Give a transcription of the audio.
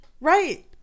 Right